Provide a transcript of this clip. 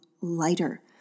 lighter